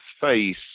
face